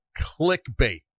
clickbait